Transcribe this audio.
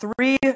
three